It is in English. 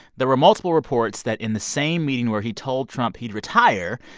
there were multiple reports that in the same meeting where he told trump he'd retire,